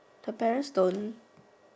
her parents don't